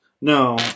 No